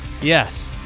Yes